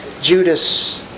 Judas